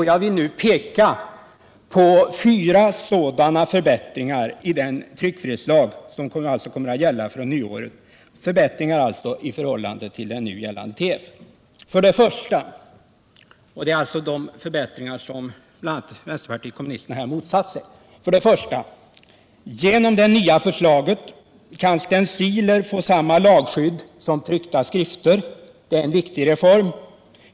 Jag vill peka på fyra sådana förbättringar i den tryckfrihetslag som kommer att gälla från nyåret i förhållande till nu gällande TF. 1. Genom det nya förslaget kan stenciler få samma lagskydd som tryckta skrifter. Det är en viktig reform.